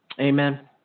Amen